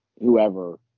whoever